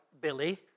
Billy